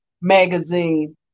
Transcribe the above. magazine